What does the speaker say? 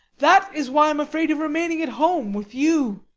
that is why i'm afraid of remaining at home with you.